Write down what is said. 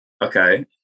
Okay